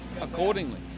accordingly